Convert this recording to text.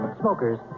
smokers